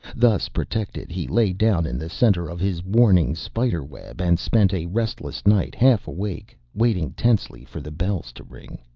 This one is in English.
thus protected he lay down in the center of his warning spiderweb and spent a restless night, half awake, waiting tensely for the bells to ring.